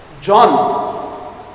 John